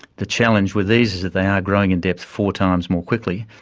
the challenge with these is that they are growing in depth four times more quickly,